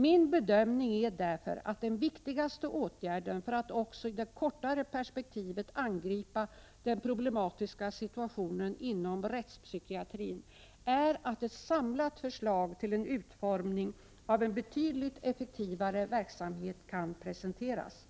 Min bedömning är därför att den viktigaste åtgärden för att också i det kortare perspektivet angripa den problematiska situationen inom rättspsykiatrin är att ett samlat förslag till en utformning av en betydligt effektivare 45 verksamhet kan presenteras.